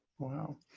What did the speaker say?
Wow